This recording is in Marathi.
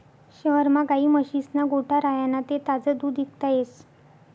शहरमा गायी म्हशीस्ना गोठा राह्यना ते ताजं दूध इकता येस